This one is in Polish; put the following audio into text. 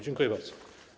Dziękuję bardzo.